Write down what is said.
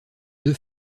deux